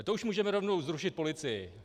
To už můžeme rovnou zrušit policii.